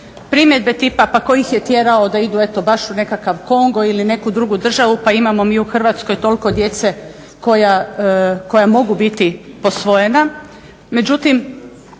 primjedbe tipa pa tko ih je tjerao da idu eto baš u nekakav Kongo ili neku drugu državu pa imamo mi u Hrvatskoj toliko djece koja mogu biti posvojena. Međutim,